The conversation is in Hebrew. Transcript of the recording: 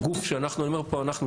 גוף שאנחנו אני אומר אנחנו,